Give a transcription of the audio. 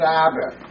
Sabbath